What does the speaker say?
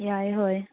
ꯌꯥꯏ ꯍꯣꯏ